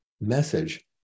message